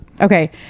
Okay